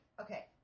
okay